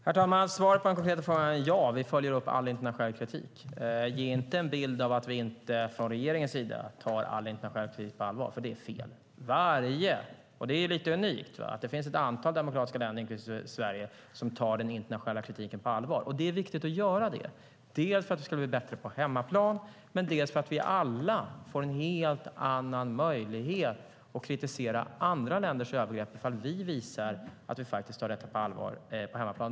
Herr talman! Svaret på frågan är ja, vi följer upp all internationell kritik. Ge inte en bild av att vi från regeringens sida inte skulle ta all internationell kritik på allvar. Det vore fel bild. Det finns förutom Sverige ett antal demokratiska länder som tar den internationella kritiken på allvar, och det är lite unikt. Det är viktigt dels för att vi ska bli bättre på hemmaplan, dels för att vi alla får en helt annan möjlighet att kritisera andra länders övergrepp ifall vi visar att vi tar detta på allvar på hemmaplan.